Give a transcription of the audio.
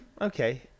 okay